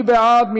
מי בעד?